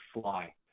fly